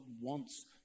wants